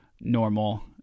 normal